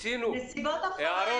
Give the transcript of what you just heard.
הוא לא פספס בגלל שהוא אדם רע,